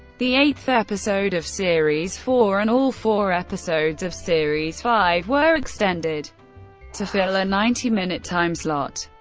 the eighth episode of series four and all four episodes of series five were extended to fill a ninety minute timeslot.